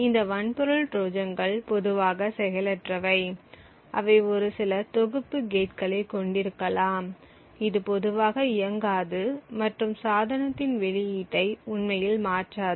இந்த வன்பொருள் ட்ரோஜான்கள் பொதுவாக செயலற்றவை அவை ஒரு சில தொகுப்பு கேட்களைக் கொண்டிருக்கலாம் இது பொதுவாக இயங்காது மற்றும் சாதனத்தின் வெளியீட்டை உண்மையில் மாற்றாது